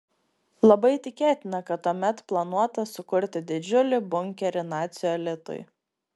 labai tikėtina kad tuomet planuota sukurti didžiulį bunkerį nacių elitui